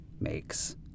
makes